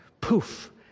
Poof